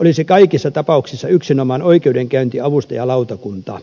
olisi kaikissa tapauksissa yksinomaan oikeudenkäyntiavustajalautakunta